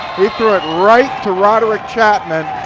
he throw it right to roderick chapman